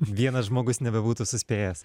vienas žmogus nebūtų suspėjęs